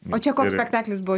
o čia koks spektaklis buvo